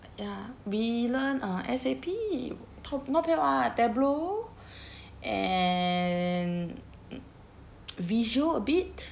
ya we learn uh S_A_P ta~ not bad [what] Tableau and Visio a bit